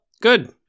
good